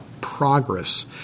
progress